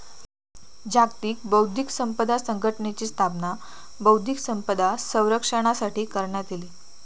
जागतिक बौध्दिक संपदा संघटनेची स्थापना बौध्दिक संपदा संरक्षणासाठी करण्यात इली